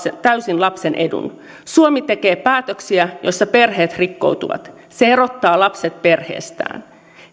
täysin lapsen edun suomi tekee päätöksiä joissa perheet rikkoutuvat se erottaa lapset perheestään